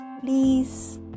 Please